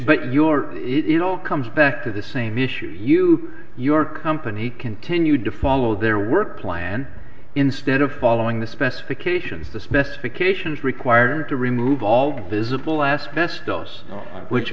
your it all comes back to the same issue you your company continued to follow their work plan instead of following the specifications the specifications required to remove all visible asbestos which